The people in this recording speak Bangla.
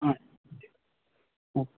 আচ্ছা ঠিক আছে হুম